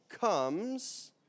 comes